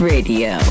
Radio